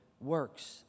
works